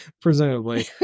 Presumably